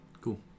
Cool